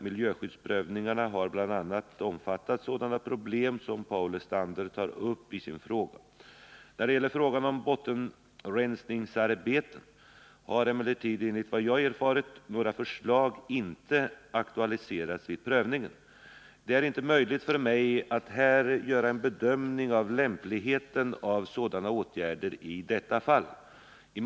Miljöskyddsprövningarna har bl.a. omfattat sådana problem som Paul Lestander tar upp i sin fråga. När det gäller frågan om bottenrensningsarbeten har emellertid enligt vad jag erfarit några förslag inte aktualiserats vid prövningen. Det är inte möjligt för mig att här göra en bedömning av lämpligheten av sådana åtgärder i detta fall.